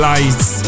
Lights